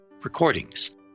recordings